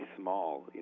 small